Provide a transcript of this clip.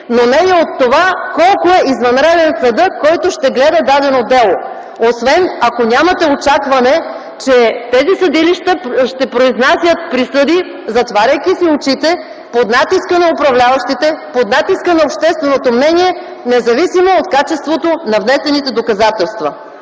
но не и от това колко е извънреден съдът, който ще гледа дадено дело, освен ако нямате очакване, че тези съдилища ще произнасят присъди, затваряйки си очите пред натиска на управляващите под натиска на общественото мнение, независимо от качеството на внесените доказателства.